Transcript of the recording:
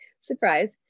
Surprise